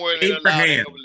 Abraham